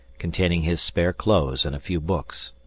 containing his spare clothes and a few books.